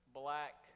black